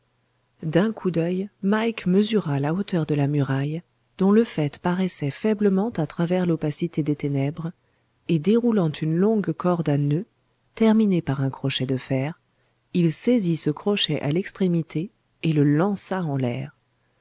d'un coup d'oeil mike mesura la hauteur de la muraille dont le faîte paraissait faiblement à travers l'opacité des ténèbres et déroulant une longue corde à noeuds terminée par un crochet de fer il saisit ce crochet à l'extrémité et le lança en l'air